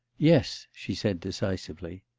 yes, she said decisively.